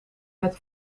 met